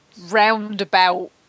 roundabout